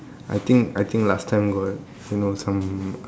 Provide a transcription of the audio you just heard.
I think I think last time got you know some